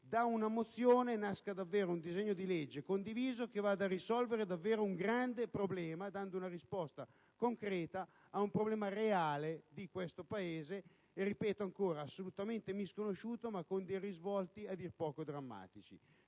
da una mozione nasca davvero un disegno di legge condiviso che vada a risolvere davvero un grande problema, dando una risposta concreta ad un problema reale di questo Paese che - ripeto ancora - è assolutamente misconosciuto ma presenta risvolti a dir poco drammatici.